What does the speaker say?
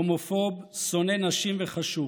הומופוב, שונא נשים וחשוך",